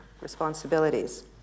responsibilities